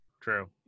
true